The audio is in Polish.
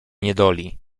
niedoli